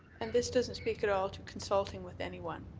and this doesn't speak at all to consulting with anyone.